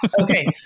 Okay